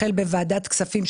החל מוועדת הכספים,